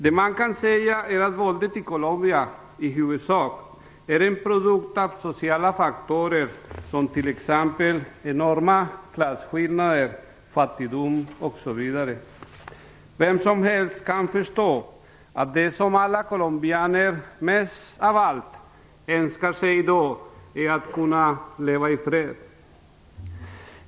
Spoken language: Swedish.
Det man kan säga är att våldet i Colombia i huvudsak är en produkt av sociala faktorer som enorma klasskillnader, fattigdom osv. Vem som helst kan förstå att det som alla colombianer mest av allt önskar sig i dag är att kunna leva i fred.